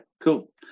cool